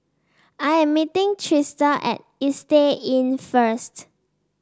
I am meeting Trista at Istay Inn first